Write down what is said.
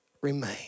remain